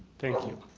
thank you.